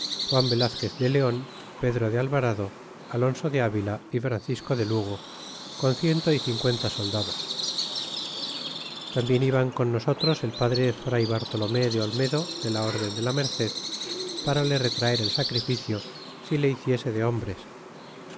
juan velazquez de leon y pedro de alvarado y alonso de avila y francisco de lugo con ciento y cincuenta sol dados y tambien iban con nosotros el padre fr bartolome de olmedo de la orden de la merced para le retraer el sacrificio si le hiciese de hombres